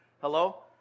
Hello